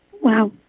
Wow